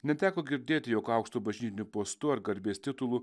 neteko girdėti jog aukštu bažnytiniu postu ar garbės titulu